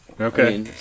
Okay